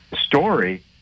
story